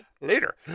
later